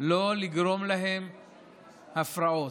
לגרום להם הפרעות.